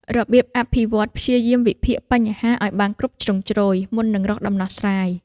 របៀបអភិវឌ្ឍន៍ព្យាយាមវិភាគបញ្ហាឲ្យបានគ្រប់ជ្រុងជ្រោយ មុននឹងរកដំណោះស្រាយ។